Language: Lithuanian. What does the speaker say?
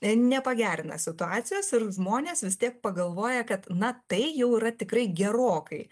nepagerina situacijos ir žmonės vis tiek pagalvoja kad na tai jau yra tikrai gerokai